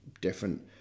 different